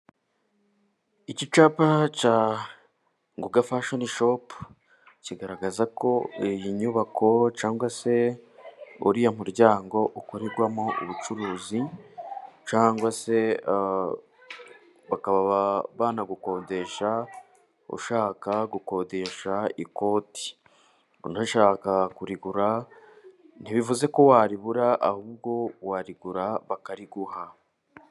Iki cyapa cya Nguga fashoni shopu kigaragaza ko iyi nyubako cyangwa se uriya muryango ukorerwamo ubucuruzi, cyangwa se bakaba banagukodesha ushaka gukodesha ikoti, unashaka kurigura ntibivuze ko waribura ahubwo warigura bakariguha.